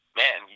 man